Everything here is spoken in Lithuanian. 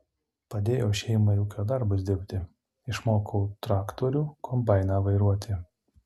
padėjau šeimai ūkio darbus dirbti išmokau traktorių kombainą vairuoti